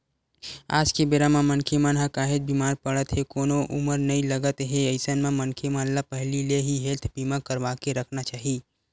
आज के बेरा म मनखे मन ह काहेच बीमार पड़त हे कोनो उमर नइ लगत हे अइसन म मनखे मन ल पहिली ले ही हेल्थ बीमा करवाके रखना चाही